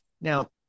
Now